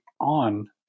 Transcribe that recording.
on